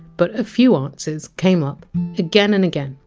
but a few answers came up again and again